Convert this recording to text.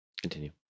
Continue